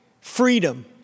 freedom